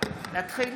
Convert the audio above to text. להתחיל